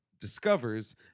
discovers